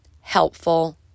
helpful